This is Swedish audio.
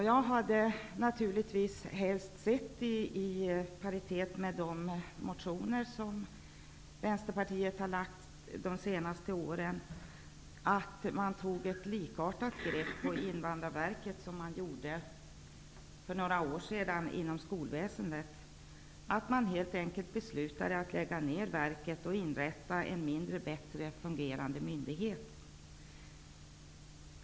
Jag hade naturligtvis, i paritet med de motioner som Vänsterpartiet har väckt de senaste åren, helst sett att man tagit ett likartat grepp på Invandrarverket som man gjorde inom skolväsendet för några år sedan, dvs. helt enkelt beslutat att lägga ned verket och att inrätta en mindre, bättre fungerande myndighet.